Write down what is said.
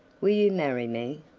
will you marry me?